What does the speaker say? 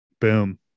Boom